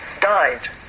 died